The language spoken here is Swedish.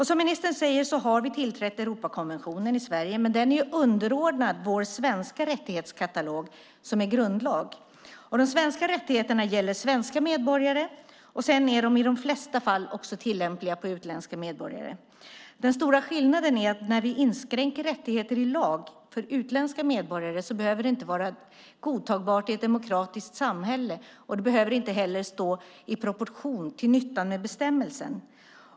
Som ministern säger har vi tillträtt Europakonventionen i Sverige, men den är underordnad vår svenska rättighetskatalog, som är grundlag. De svenska rättigheterna gäller svenska medborgare, och de är i de flesta fall också tillämpliga på utländska medborgare. Den stora skillnaden är att det när vi inskränker rättigheter i lag för utländska medborgare inte behöver vara godtagbart i ett demokratiskt samhälle, och det behöver inte heller stå i proportion till nyttan med bestämmelsen.